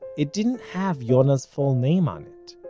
it didn't have yonah's full name on it.